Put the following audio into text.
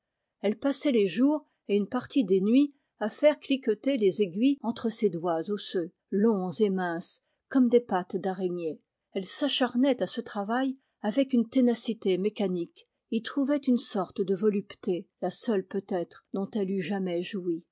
elle passait les jours et une partie des nuits à faire cliqueter les aiguilles entre ses doigts osseux longs et minces comme des pattes d'araignée elle s'acharnait à ce travail avec une ténacité mécanique y trouvait une sorte de volupté la seule peut-être dont elle eût jamais joui